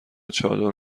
چادر